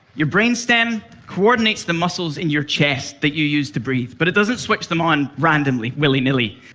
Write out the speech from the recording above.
your brainstem coordinates the muscles in your chest that you use to breathe, but it doesn't switch them on randomly willy-nilly,